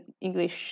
English